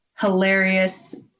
hilarious